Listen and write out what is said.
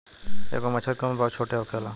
एगो मछर के उम्र बहुत छोट होखेला